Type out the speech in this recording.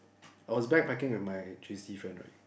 I was backpacking with my J_C friend right